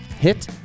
hit